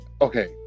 okay